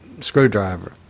screwdriver